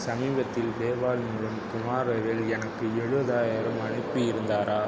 சமீபத்தில் பேபால் மூலம் குமாரவேல் எனக்கு எழுபதாயிரம் அனுப்பி இருந்தாரா